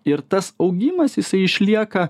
ir tas augimas jisai išlieka